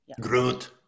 Groot